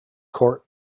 court